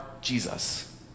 Jesus